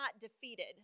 defeated